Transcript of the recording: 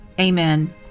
Amen